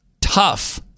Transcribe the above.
Tough